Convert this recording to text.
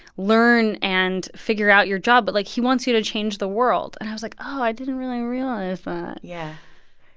learn and figure out your job, but, like, he wants you to change the world. and i was like, oh, i didn't really realize that yeah.